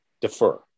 defer